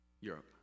Europe